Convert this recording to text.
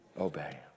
Obey